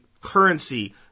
currency